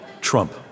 Trump